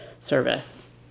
service